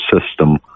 system